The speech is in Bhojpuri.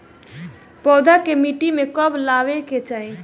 पौधा के मिट्टी में कब लगावे के चाहि?